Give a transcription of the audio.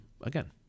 again